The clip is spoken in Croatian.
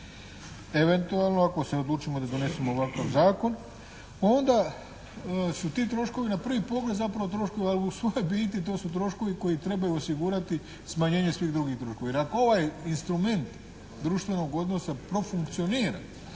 eventualno ako se odlučimo da donesemo ovakav zakon, onda su ti troškovi na prvi pogled zapravo troškovi, a u svojoj biti to su troškovi koji trebaju osigurati smanjenje svih drugih troškova. Jer ako ovaj instrument društvenog odnosa profunkcionira